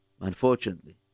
unfortunately